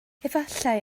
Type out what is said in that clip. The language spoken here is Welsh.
efallai